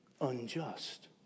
unjust